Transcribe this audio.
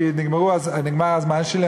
כי נגמר הזמן שלי,